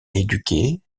éduquer